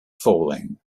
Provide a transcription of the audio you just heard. falling